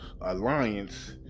Alliance